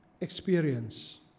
experience